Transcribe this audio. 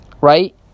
Right